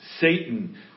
Satan